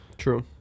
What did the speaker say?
True